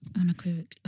Unequivocally